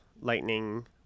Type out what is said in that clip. Lightning